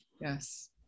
Yes